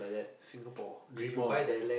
Singapore dream on